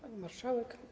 Pani Marszałek!